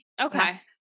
Okay